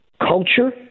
culture